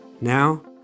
Now